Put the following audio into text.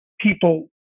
people